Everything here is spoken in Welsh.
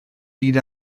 byd